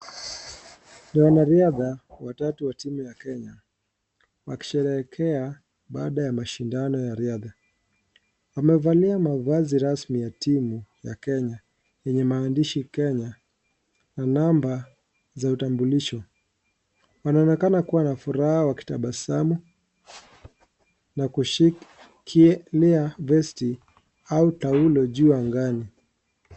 Ni wana riadha watatu wa timu ya Kenya, wakisheherekea baada ya mashindano ya riadha. Wamevalia mavazi rasmi ya timu ya Kenya, yenye maandishi Kenya, na namba za utambulisho. Wanaonekana kuwa na furaha wakitabasamu na kushikilia vest au taulo juu angani.